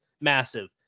massive